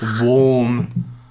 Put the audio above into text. Warm